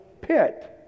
pit